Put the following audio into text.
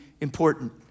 important